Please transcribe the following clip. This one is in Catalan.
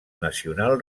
nacional